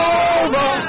over